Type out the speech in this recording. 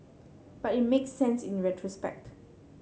but it makes sense in retrospect